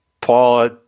Paul